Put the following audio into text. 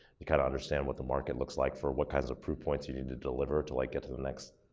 you kinda understand what the market looks like for what kinds of proof points you need to deliver to like get to the next,